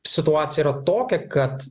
situacija yra tokia kad